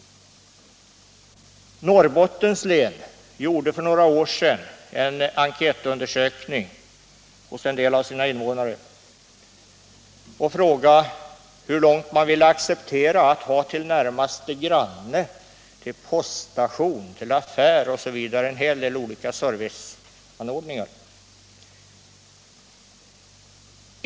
Norrbottens län gjorde för några år sedan en enkätundersökning hos en del av sina invånare och frågade hur långt man ville acceptera att ha till närmaste granne resp. till poststation, till affär m.fl. serviceanordningar.